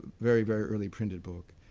very, very early printed book.